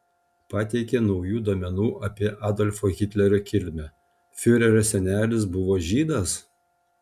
pateikė naujų duomenų apie adolfo hitlerio kilmę fiurerio senelis buvo žydas